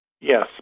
Yes